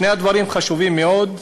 שני הדברים חשובים מאוד,